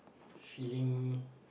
feeling